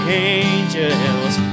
angels